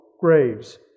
graves